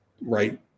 right